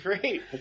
great